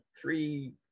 three